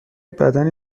بدنی